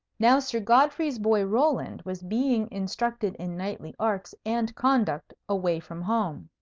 now sir godfrey's boy roland was being instructed in knightly arts and conduct away from home.